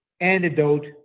antidote